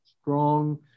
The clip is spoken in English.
strong